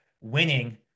winning